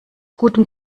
gutem